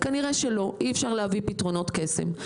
כנראה שלא, אי אפשר להביא פתרונות קסם.